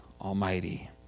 almighty